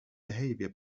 behavior